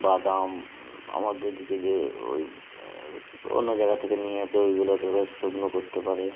বাদাম আমাদের দিকে যে ওই অন্য জায়গা থেকে নিয়ে এসে ওইগুলাকে বেশ শুকনো করতে পারে